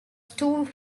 two